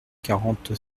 quarante